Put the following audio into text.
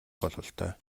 бололтой